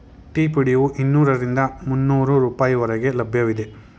tea ಪುಡಿಯು ಇನ್ನೂರರಿಂದ ಮುನ್ನೋರು ರೂಪಾಯಿ ಹೊರಗೆ ಲಭ್ಯವಿದೆ